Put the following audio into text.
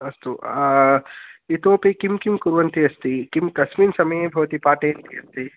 अस्तु इतोऽपि किं किं कुर्वन्ती अस्ति किं कस्मिन् समये भवति पाठयन्ती अस्ति